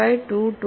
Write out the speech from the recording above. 5 2 2